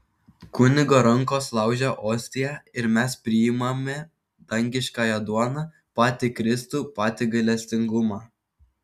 kunigo rankos laužia ostiją ir mes priimame dangiškąją duoną patį kristų patį gailestingumą